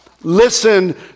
Listen